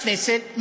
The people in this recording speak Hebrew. בכנסת,